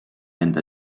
enda